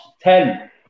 Ten